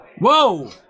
Whoa